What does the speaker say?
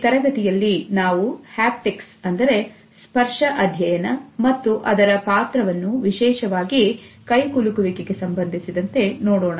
ಈ ತರಗತಿಯಲ್ಲಿ ನಾವುಹ್ಯಾಪ್ಟಿಕ್ಸ್ ಮತ್ತು ಅದರ ಪಾತ್ರವನ್ನು ವಿಶೇಷವಾಗಿ ಕೈಕುಲುಕು ವಿಕೆಗೆ ಸಂಬಂಧಿಸಿದಂತೆ ನೋಡೋಣ